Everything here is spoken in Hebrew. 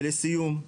ולסיום,